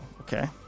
okay